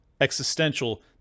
existential